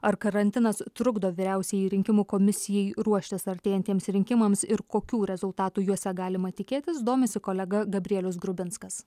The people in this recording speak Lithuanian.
ar karantinas trukdo vyriausiajai rinkimų komisijai ruoštis artėjantiems rinkimams ir kokių rezultatų juose galima tikėtis domisi kolega gabrielius grubinskas